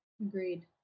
Agreed